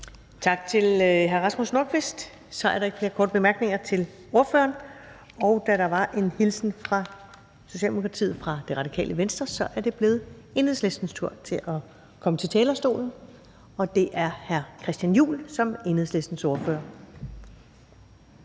Tak til hr. Rasmus Nordqvist. Så er der ikke flere korte bemærkninger til ordføreren. Og da der af Socialdemokratiet blev overbragt en hilsen fra Radikale Venstre, er det blevet Enhedslistens tur til at komme på talerstolen. Og det er hr. Christian Juhl som Enhedslistens ordfører.